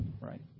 right